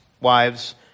Wives